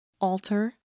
alter